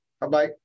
Bye-bye